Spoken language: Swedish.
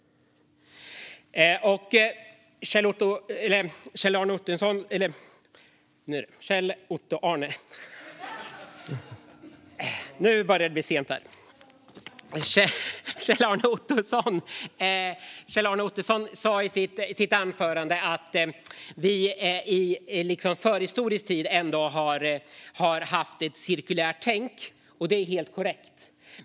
Kjell-Arne Ottosson sa i sitt anförande att vi i förhistorisk tid ändå har haft ett cirkulärt tänk. Det är helt korrekt.